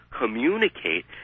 communicate